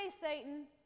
Satan